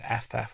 FF